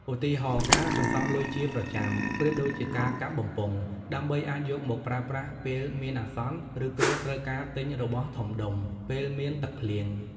ឧទាហរណ៍ ការសន្សំលុយជាប្រចាំ (ប្រៀបដូចការកាប់បំពង់) ដើម្បីអាចយកមកប្រើប្រាស់ពេលមានអាសន្ន ឬពេលត្រូវការទិញរបស់ធំដុំ (ពេលមានទឹកភ្លៀង)។